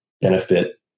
benefit